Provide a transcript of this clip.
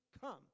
come